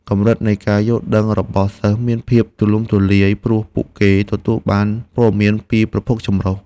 កម្រិតនៃការយល់ដឹងរបស់សិស្សមានភាពទូលំទូលាយព្រោះពួកគេទទួលបានព័ត៌មានពីប្រភពចម្រុះ។